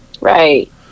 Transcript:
Right